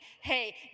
hey